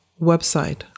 website